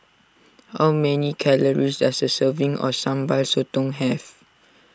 how many calories does a serving of Sambal Sotong have